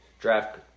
draft